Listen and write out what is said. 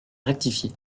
rectifié